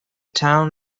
town